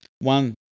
one